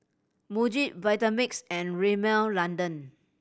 Muji Vitamix and Rimmel London